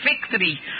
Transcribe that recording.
victory